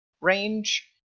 range